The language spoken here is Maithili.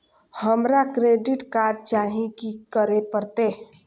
हमरा क्रेडिट कार्ड चाही की करे परतै?